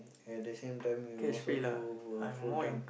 at the same time you also do uh full time